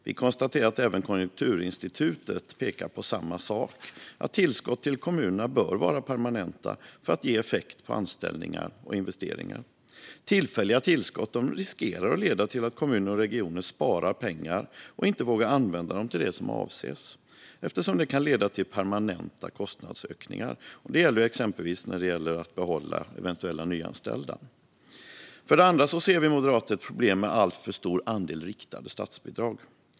Vi konstaterar att även Konjunkturinstitutet pekar på samma sak, alltså att tillskott till kommunerna bör vara permanenta för att ge effekt på anställningar och investeringar. Tillfälliga tillskott riskerar att leda till att kommuner och regioner sparar pengar och inte vågar använda dem till det som avses, eftersom det kan leda till permanenta kostnadsökningar, exempelvis för att behålla eventuella nyanställda. För det andra ser vi moderater ett problem med en alltför stor andel riktade statsbidrag.